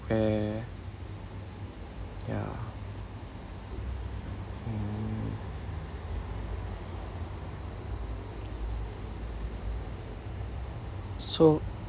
where ya mm so